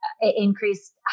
increased